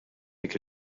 dik